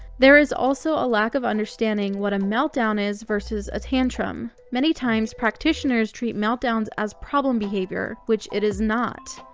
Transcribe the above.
there is also a lack of understanding what a meltdown is versus a tantrum. many times, practitioners treat meltdowns as problem behavior, which it is not.